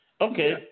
Okay